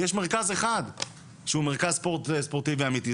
יש מרכז אחד שהוא מרכז ספורטיבי אמיתי,